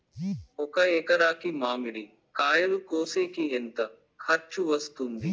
ఒక ఎకరాకి మామిడి కాయలు కోసేకి ఎంత ఖర్చు వస్తుంది?